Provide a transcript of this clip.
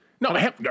No